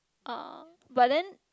uh but then